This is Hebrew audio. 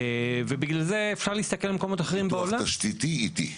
ובגלל זה אפשר להסתכל על מקומות אחרים בעולם --- פיתוח תשתיתי איטי.